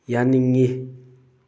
ꯌꯥꯅꯤꯡꯉꯤ